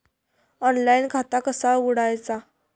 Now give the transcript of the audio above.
Online खाता कसा उघडायचा?